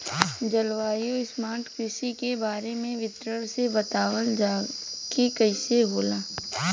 जलवायु स्मार्ट कृषि के बारे में विस्तार से बतावल जाकि कइसे होला?